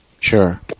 Sure